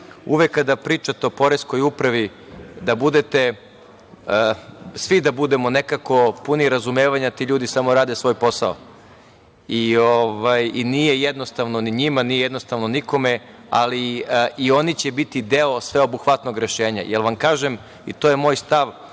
uvek kada pričate o Poreskoj upravi, svi da budemo nekako puniji razumevanja. Ti ljudi samo rade svoj posao. Nije jednostavno ni njima, nije jednostavno nikome, ali i oni će biti deo sveobuhvatnog rešenja, jer vam kažem i to je moj stav,